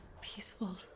peaceful